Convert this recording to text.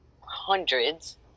hundreds